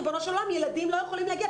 ריבונו של עולם, ילדים לא יכולים להגיע.